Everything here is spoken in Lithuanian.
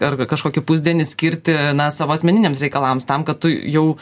ar kažkokį pusdienį skirti na savo asmeniniams reikalams tam kad tu jau